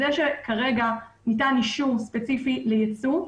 זה שכרגע ניתן אישור ספציפי ליצוא,